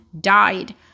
died